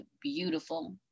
beautiful